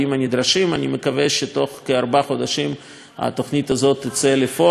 אני מקווה שבתוך כארבעה חודשים התוכנית הזאת תצא לפועל עם כל